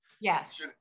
Yes